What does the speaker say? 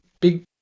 big